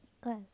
class